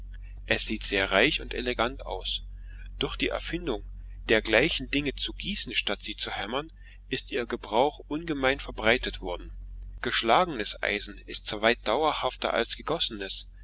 es sieht sehr reich und elegant aus durch die erfindung dergleichen dinge zu gießen statt sie zu hämmern ist ihr gebrauch ungemein verbreitet worden geschlagenes eisen ist zwar weit dauerhafter als gegossenes